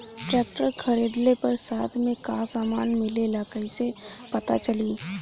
Tractor खरीदले पर साथ में का समान मिलेला कईसे पता चली?